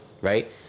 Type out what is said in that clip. right